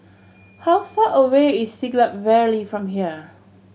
how far away is Siglap Valley from here